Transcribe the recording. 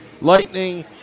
Lightning